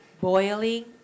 boiling